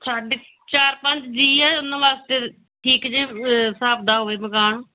ਸਾਡੇ ਚਾਰ ਪੰਜ ਜੀਅ ਆ ਉਹਨਾਂ ਵਾਸਤੇ ਠੀਕ ਜਿਹੇ ਅ ਹਿਸਾਬ ਦਾ ਹੋਵੇ ਮਕਾਨ